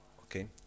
Okay